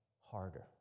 harder